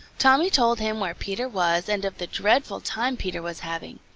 tommy told him where peter was and of the dreadful time peter was having,